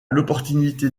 l’opportunité